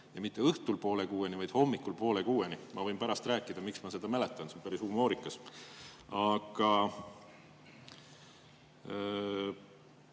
Ja mitte õhtul poole kuueni, vaid hommikul poole kuueni. Ma võin pärast rääkida, miks ma seda mäletan, see on päris humoorikas.